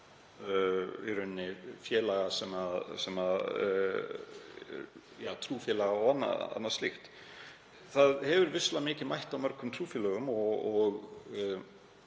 Það hefur vissulega mikið mætt á mörgum trúfélögum og